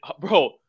bro